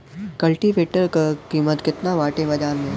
कल्टी वेटर क कीमत केतना बाटे बाजार में?